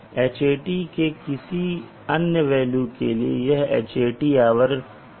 Hat के किसी अन्य वेल्यू के लिए यह Hat आवर होगा